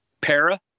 para